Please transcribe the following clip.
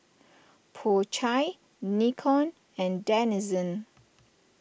Po Chai Nikon and Denizen